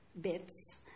bits